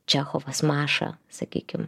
čechovas maša sakykim